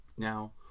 Now